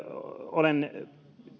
olen